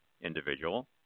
individual